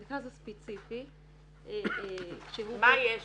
למכרז הספציפי שהוא -- מה יש בו,